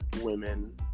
Women